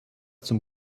zum